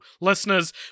listeners